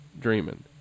dreaming